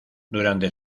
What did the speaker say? durante